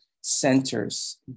centers